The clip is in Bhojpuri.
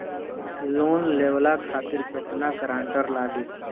लोन लेवे खातिर केतना ग्रानटर लागी?